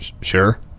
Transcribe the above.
Sure